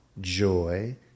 Joy